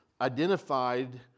identified